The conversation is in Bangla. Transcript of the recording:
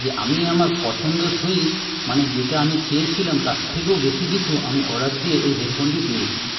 যে আমি আমার পছন্দসই মানে যেটা আমি চেয়েছিলাম তার থেকেও বেশি কিছু আমি অর্ডার দিয়ে এই হেডফোনটি পেয়েছি